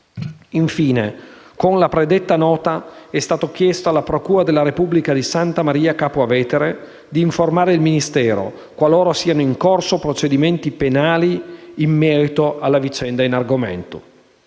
Infine, con la predetta nota è stato chiesto alla procura della Repubblica di Santa Maria Capua Vetere di informare il Ministero qualora siano in corso procedimenti penali in merito alla vicenda in argomento.